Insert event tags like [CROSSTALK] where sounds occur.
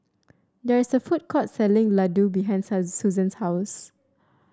there is a food court selling Ladoo behind [UNINTELLIGIBLE] Susan's house